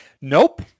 Nope